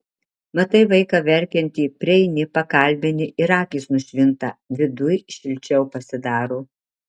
matai vaiką verkiantį prieini pakalbini ir akys nušvinta viduj šilčiau pasidaro